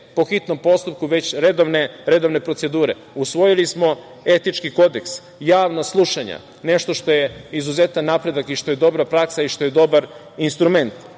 po hitnom postupku već redovne procedure, usvojili smo etički Kodeks, javna slušanja, nešto što je izuzetan napredak i što je dobra praksa i što je dobar instrument. Dakle,